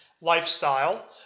lifestyle